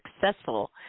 successful